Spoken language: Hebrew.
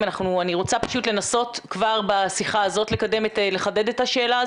אני רוצה לנסות כבר בשיחה הזאת לחדד את השאלה,